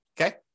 okay